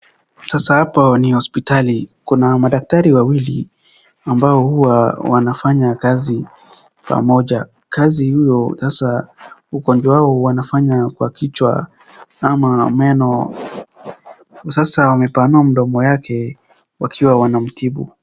Sasa hapo ni hospitali, kuna madaktari wawili ambao huwa wanafanya kazi pamoja. Kazi hiyo sasa ugonjwa yao wanafanya kwa kichwa ama meno, sasa wamepanua mdomo yake wakiwa wanamtibu.